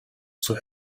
zur